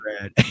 red